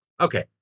Okay